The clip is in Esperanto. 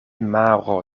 maro